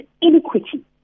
inequity